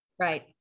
Right